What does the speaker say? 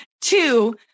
Two